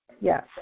Yes